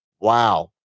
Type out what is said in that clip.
Wow